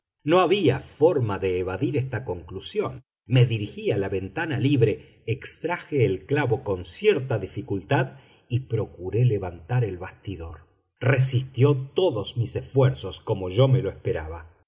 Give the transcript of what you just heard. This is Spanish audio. no había forma de evadir esta conclusión me dirigí a la ventana libre extraje el clavo con cierta dificultad y procuré levantar el bastidor resistió todos mis esfuerzos como yo me lo esperaba